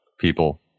People